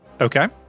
Okay